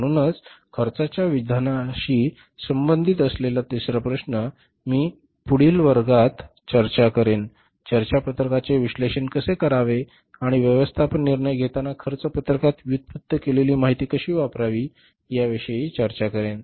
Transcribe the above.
म्हणूनच खर्चाच्या विधानाशी संबंधित असलेला तिसरा प्रश्न मी पुढील वर्गात चर्चा करेन चर्चा पत्रकाचे विश्लेषण कसे करावे आणि व्यवस्थापन निर्णय घेताना खर्च पत्रकात व्युत्पन्न केलेली माहिती कशी वापरावी याविषयी चर्चा करेन